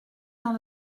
dans